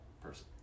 person